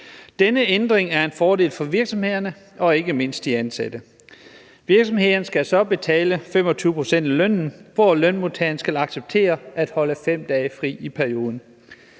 Denne ændring er en fordel for virksomhederne og ikke mindst de ansatte. Virksomhederne skal så betale 25 pct. af lønnen, og lønmodtageren skal acceptere at holde 5 dage fri i perioden,